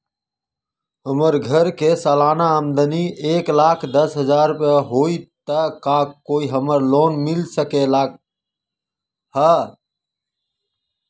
हमर घर के सालाना आमदनी एक लाख दस हजार रुपैया हाई त का हमरा लोन मिल सकलई ह?